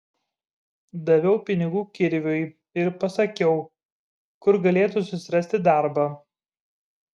daviau pinigų kirviui ir pasakiau kur galėtų susirasti darbą